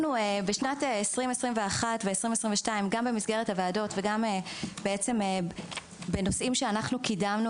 בשנת 2021 ו-2022 גם במסגרת הוועדות גם בנושאים שקידמנו